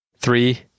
Three